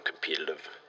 competitive